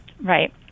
Right